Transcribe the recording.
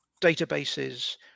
databases